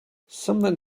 something